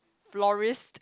florist